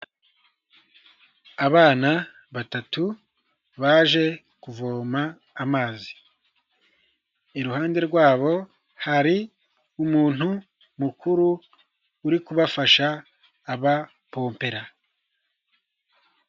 Abana batatu baje kuvoma amazi, iruhande rwabo hari umuntu mukuru uri kubafasha abapompera.